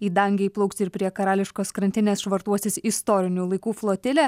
į dangę įplauks ir prie karališkos krantinės švartuosis istorinių laikų flotilė